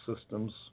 systems